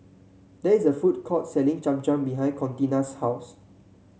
there is a food court selling Cham Cham behind Contina's house